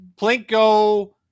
Plinko